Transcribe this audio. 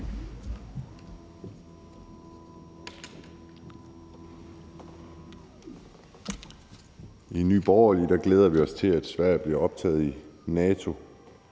I Nye Borgerlige glæder vi os til, at Sverige bliver optaget i NATO,